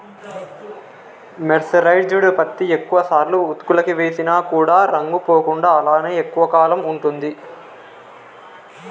mercerised పత్తి ఎక్కువ సార్లు ఉతుకులకి వేసిన కూడా రంగు పోకుండా అలానే ఎక్కువ కాలం ఉంటుంది